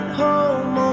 home